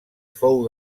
fou